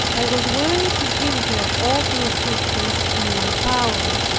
i was willing to give her all the assistance in my power,